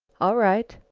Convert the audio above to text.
all right.